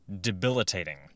debilitating